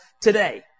today